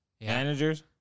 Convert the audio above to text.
managers